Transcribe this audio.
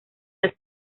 las